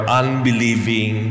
unbelieving